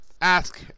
ask